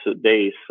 days